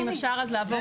אם אפשר לעבור